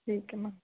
ਠੀਕ ਹੈ ਮੈਮ